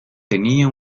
tenía